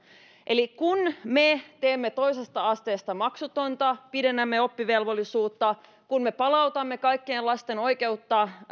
eli kun me teemme toisesta asteesta maksutonta kun me pidennämme oppivelvollisuutta kun me palautamme kaikkien lasten oikeuden